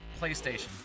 PlayStation